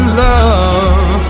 love